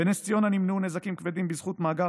בנס ציונה נמנעו נזקים כבדים בזכות מאגר